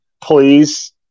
please